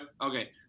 Okay